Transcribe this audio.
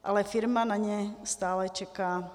Ale firma na ně stále čeká.